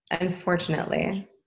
Unfortunately